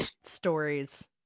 stories